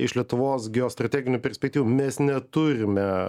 iš lietuvos geostrateginių perspektyvų mes neturime